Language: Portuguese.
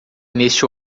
neste